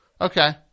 Okay